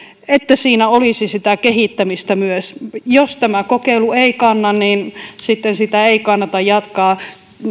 että siinä olisi sitä kehittämistä myös jos tämä kokeilu ei kanna niin sitten sitä ei kannata jatkaa